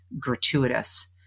gratuitous